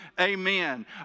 amen